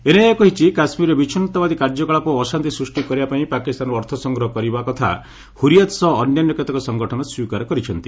NIA କହିଛି କାଶ୍ମୀରରେ ବିଚ୍ଛିନ୍ନତାବାଦୀ କାର୍ଯ୍ୟକଳାପ ଓ ଅଶାନ୍ତି ସୃଷ୍ଟି କରିବାପାଇଁ ପାାକିସ୍ତାନରୁ ଅର୍ଥ ସଂଗ୍ରହ କରିବା କଥା ହୁରିୟାତ୍ ସହ ଅନ୍ୟାନ୍ୟ କେତେକ ସଙ୍ଗଠନ ସ୍ୱୀକାର କରିଛନ୍ତି